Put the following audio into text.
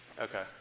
okay